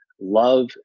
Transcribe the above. love